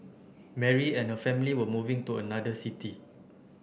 Mary and her family were moving to another city